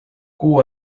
kuu